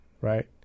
right